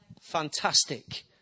Fantastic